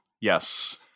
yes